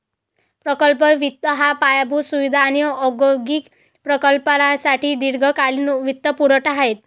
प्रकल्प वित्त हा पायाभूत सुविधा आणि औद्योगिक प्रकल्पांसाठी दीर्घकालीन वित्तपुरवठा आहे